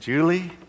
Julie